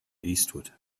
eastward